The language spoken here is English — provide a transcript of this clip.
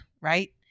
Right